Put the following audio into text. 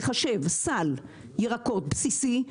לחשב סל ירקות בסיסי,